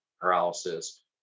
paralysis